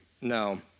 No